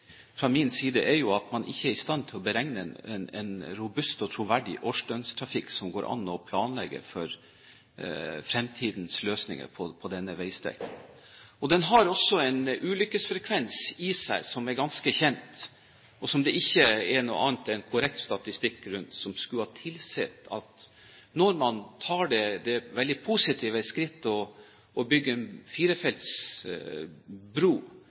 fra min side, er at man ikke er i stand til å beregne en robust og troverdig årsdøgntrafikk som det går an å planlegge for fremtidens løsninger for, på denne veistrekningen. Den har også en ulykkesfrekvens som er ganske kjent, og som det ikke er noe annet enn korrekt statistikk rundt. Det skulle tilsi at når man tar det veldig positive skrittet å bygge en firefelts